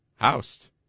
housed